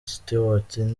stewart